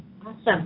Awesome